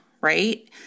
right